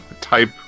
type